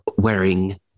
Wearing